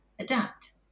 adapt